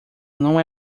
não